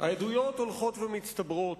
העדויות הולכות ומצטברות.